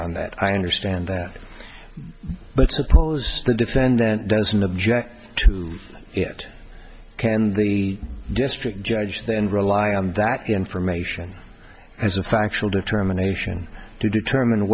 on that i understand that but suppose the defendant doesn't object to it and the district judge then rely on that information as a factual determination to determine